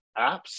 apps